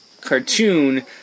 cartoon